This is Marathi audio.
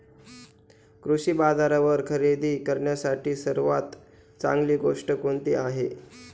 कृषी बाजारावर खरेदी करण्यासाठी सर्वात चांगली गोष्ट कोणती आहे?